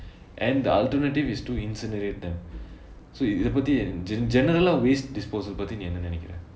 and the alternative is to incinerate them so இதை பத்தி:ithai pathi general ah waste disposal பத்தி நீ என்ன நினைக்குறே:pathi nee enna ninaikurae